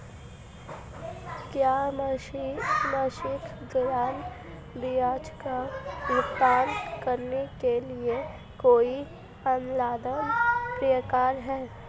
क्या मासिक ऋण ब्याज का भुगतान करने के लिए कोई ऑनलाइन प्रक्रिया है?